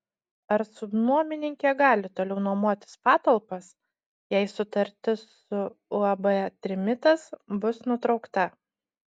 ar subnuomininkė gali toliau nuomotis patalpas jei sutartis su uab trimitas bus nutraukta